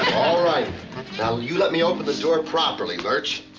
all right. now you let me open the door properly, lurch.